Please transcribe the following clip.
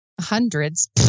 Hundreds